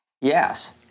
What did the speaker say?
Yes